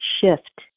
shift